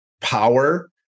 power